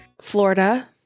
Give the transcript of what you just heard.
Florida